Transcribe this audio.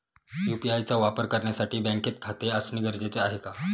UPI चा वापर करण्यासाठी बँकेत खाते असणे गरजेचे आहे का?